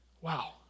Wow